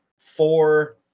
four